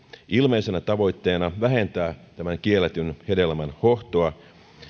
ilmeisenä tavoitteena vähentää tämän kielletyn hedelmän hohtoa